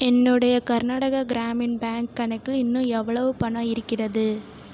என்னுடைய கர்நாடகா கிராமின் பேங்க் கணக்கில் இன்னும் எவ்வளவு பணம் இருக்கிறது